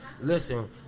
Listen